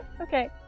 Okay